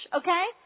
okay